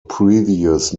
previous